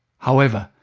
however,